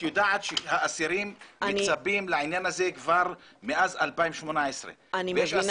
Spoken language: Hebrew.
את יודעת שהאסירים מצפים לעניין הזה כבר מאז 2018. אני מבינה.